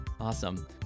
Awesome